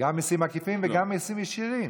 גם מיסים עקיפים וגם מיסים ישירים.